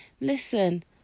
listen